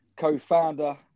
co-founder